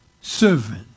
servant